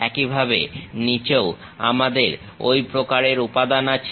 একইভাবে নিচেও আমাদের ঐ প্রকারের উপাদান আছে